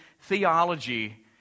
Theology